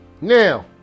Now